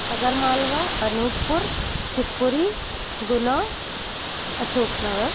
अगरमालवा अनूगपुर Shivpuri Guna Ashok Nagar